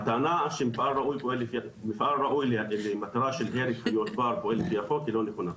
הטענה שמפעל ראוי למטרה של ירי חיות בר פועל לפי החוק היא לא נכונה.